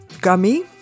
gummy